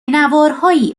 نوارهایی